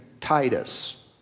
Titus